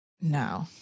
No